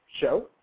show